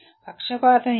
పక్షపాతం ఏమిటి